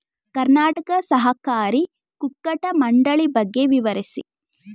ಕರ್ನಾಟಕ ಸಹಕಾರಿ ಕುಕ್ಕಟ ಮಂಡಳಿ ಬಗ್ಗೆ ವಿವರಿಸಿ?